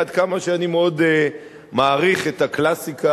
עד כמה שאני מאוד מעריך את הקלאסיקה.